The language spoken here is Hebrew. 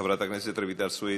חברת הכנסת רויטל סויד,